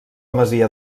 masia